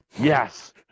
Yes